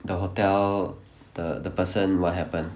the hotel the the person what happen